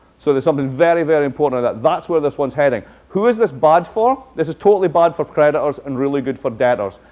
so there's something very, very important. that's that's where this one's heading. who is this bad for? this is totally bad for creditors and really good for debtors.